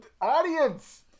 audience